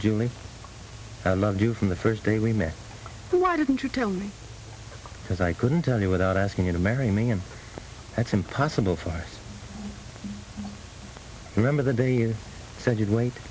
julie i loved you from the first day we met you why didn't you tell me because i couldn't tell you without asking you to marry me and that's impossible for i remember the day you said you'd wait